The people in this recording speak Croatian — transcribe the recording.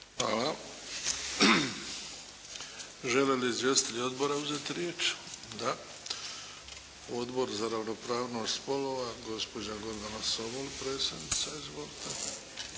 Hvala. Želi li izvjestitelj odbora uzeti riječ? Da. Odbor za ravnopravnost spolova, gospođa Gordana Sobol, predsjednica. Izvolite.